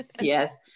yes